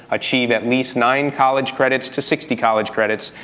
achieve at least nine college credits to sixty college credits,